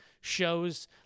shows